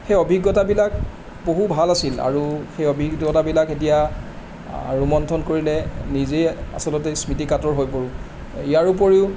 সেই অভিজ্ঞতাবিলাক বহু ভাল আছিল আৰু সেই অভিজ্ঞতাবিলাক এতিয়া ৰোমন্থন কৰিলে নিজেই আচলতে স্মৃতিকাতৰ হৈ পৰোঁ ইয়াৰ উপৰিও